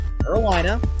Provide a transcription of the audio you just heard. Carolina